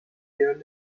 بیان